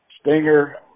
stinger